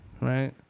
right